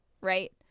right